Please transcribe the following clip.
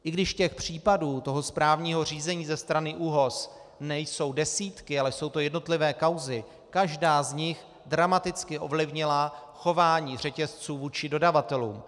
I když případů správního řízení ze strany ÚOHS nejsou desítky, ale jsou to jednotlivé kauzy, každá z nich dramaticky ovlivnila chování řetězců vůči dodavatelům.